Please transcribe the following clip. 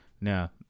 Now